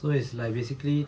so it's like basically